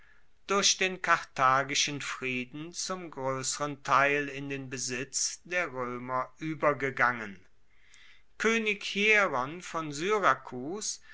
durch den karthagischen frieden zum groesseren teil in den besitz der roemer uebergegangen koenig hieron von syrakus